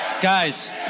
guys